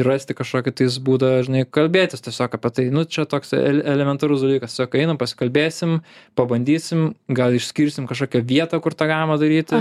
rasti kažką kitais būdą žinai kalbėtis tiesiog apie tai nu čia toks elementarus dalykas tiesiog einam pasikalbėsim pabandysim gal išskirsim kažkokią vietą kur tą galima daryti